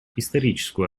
историческую